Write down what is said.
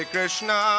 Krishna